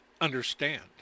understand